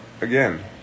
again